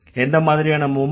எந்த மாதிரியான மூவ்மெண்ட்